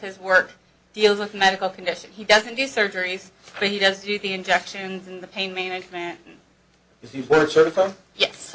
his work deals with medical condition he doesn't do surgeries but he does do the injections and the pain management